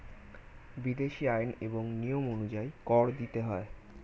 বিদেশী আইন এবং নিয়ম অনুযায়ী কর দিতে হয়